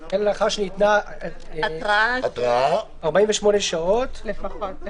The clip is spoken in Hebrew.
אלא לאחר שניתנה התראה 48 שעות --- 48 שעות לפחות.